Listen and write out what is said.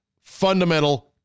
Fundamental